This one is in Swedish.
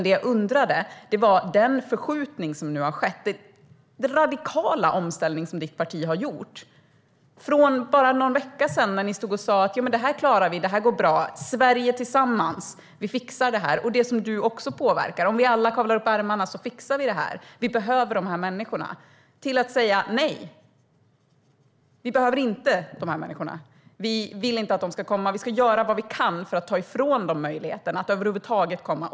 Det jag undrade övar var den förskjutning som nu har skett och den radikala omställning som ditt parti har gjort. För bara någon vecka sedan stod ni och sa: Det här klarar vi. Det här går bra. Sverige tillsammans - vi fixar det här. Det är sådant du också påverkar. Om vi alla kavlar upp ärmarna fixar vi det här. Vi behöver de här människorna. Nu har ni gått till att säga: Nej, vi behöver inte de här människorna. Vi vill inte att de ska komma, och vi ska göra vad vi kan för att ta ifrån dem möjligheterna att över huvud taget komma.